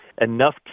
enough